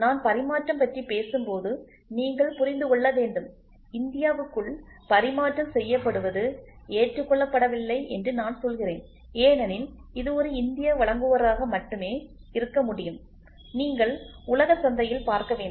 நான் பரிமாற்றம் பற்றி பேசும்போது நீங்கள் புரிந்து கொள்ள வேண்டும் இந்தியாவுக்குள் பரிமாற்றம் செய்யப்படுவது ஏற்றுக்கொள்ளப்படவில்லை என்று நான் சொல்கிறேன் ஏனெனில் இது ஒரு இந்திய வழங்குபவராக மட்டுமே இருக்க முடியும் நீங்கள் உலக சந்தையில் பார்க்க வேண்டும்